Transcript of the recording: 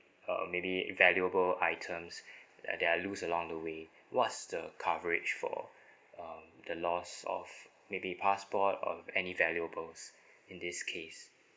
uh maybe valuable items that there're lose along the way what's the coverage for um the loss of maybe passport um any valuables in this case